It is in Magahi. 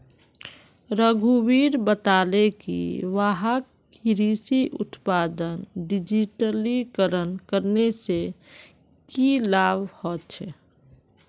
रघुवीर बताले कि वहाक कृषि उत्पादक डिजिटलीकरण करने से की लाभ ह छे